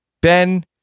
Ben